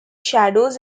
shadows